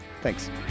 Thanks